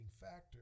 factor